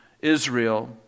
Israel